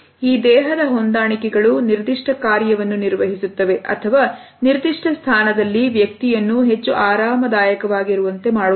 ಈ ದೇಹದ ಹೊಂದಾಣಿಕೆಗಳು ನಿರ್ದಿಷ್ಟ ಕಾರ್ಯವನ್ನು ನಿರ್ವಹಿಸುತ್ತವೆ ಅಥವಾ ನಿರ್ದಿಷ್ಟ ಸ್ಥಾನದಲ್ಲಿ ವ್ಯಕ್ತಿಯನ್ನು ಹೆಚ್ಚು ಆರಾಮದಾಯಕವಾಗಿರುತ್ತದೆ